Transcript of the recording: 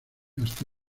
hasta